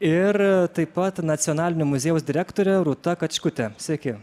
ir taip pat nacionalinio muziejaus direktorė rūta kačkutė sveiki